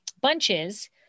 bunches